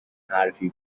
حرفی